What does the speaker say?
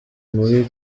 muri